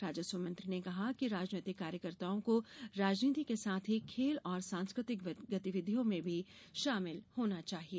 राजस्व मंत्री ने कहा कि राजनैतिक कार्यकर्ताओं को राजनीति के साथ ही खेल और सांस्कृतिक गतिविधियों में भी शामिल होना चाहिए